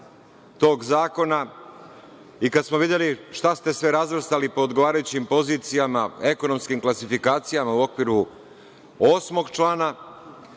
tog zakona i kada smo videli šta ste sve razvrstali pod odgovarajućim pozicijama, ekonomskim klasifikacijama u okviru 8. člana,